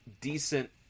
decent